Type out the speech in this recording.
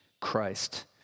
Christ